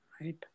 Right